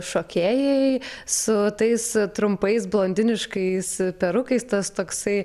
šokėjai su tais trumpais blondiniškais perukais tas toksai